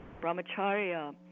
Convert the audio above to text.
brahmacharya